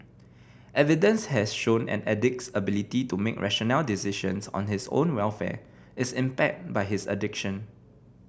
evidence has shown an addict's ability to make rational decisions on his own welfare is impaired by his addiction